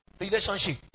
relationship